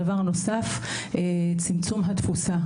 דבר נוסף - צמצום התפוסה.